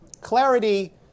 Clarity